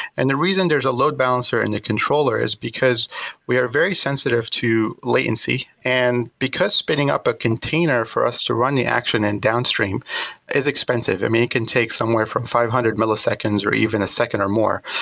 and the reason there's a load balancer in the controller is because we are very sensitive to latency and because spinning up a container for us to run the action in downstream is expensive. i and mean, it can take somewhere from five hundred milliseconds or even a second or more.